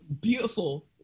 Beautiful